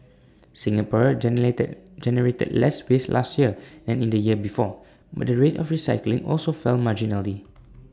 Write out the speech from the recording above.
Singapore generated less waste last year than in the year before but the rate of recycling also fell marginally